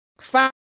Five